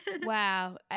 Wow